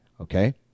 Okay